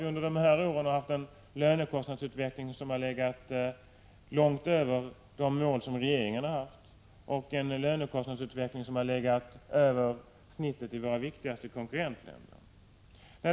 Under de här åren har ju lönekostnadsutvecklingen legat långt över de mål som regeringen haft och över snittet i våra viktigaste konkurrentländer.